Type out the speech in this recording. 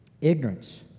ignorance